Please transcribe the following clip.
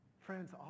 friends